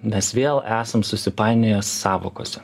mes vėl esam susipainioję sąvokose